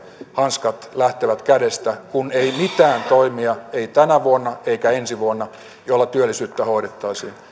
hanskat lähtevät kädestä kun ei ole mitään toimia ei tänä vuonna eikä ensi vuonna joilla työllisyyttä hoidettaisiin